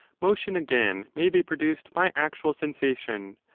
motion, again, may. be produced by actual sensation,